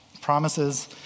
promises